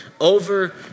Over